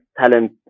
talent